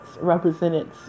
represented